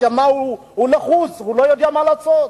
הוא לחוץ, הוא לא יודע מה לעשות.